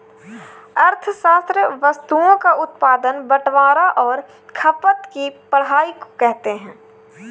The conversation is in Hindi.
अर्थशास्त्र वस्तुओं का उत्पादन बटवारां और खपत की पढ़ाई को कहते हैं